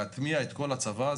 להטמיע את כל הצבא,